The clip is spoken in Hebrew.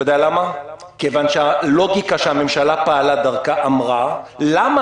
מכיוון שהלוגיקה שהממשלה פעלה דרכה אמרה כך: למה